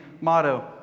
motto